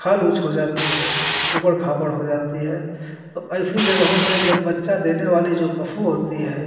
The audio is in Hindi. खाल ऊँची हो जाती है ऊबड़ खाबड़ हो जाती है तो ऐसी जगहों में जब बच्चा देने वाले जो पशु होते हैं